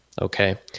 Okay